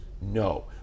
No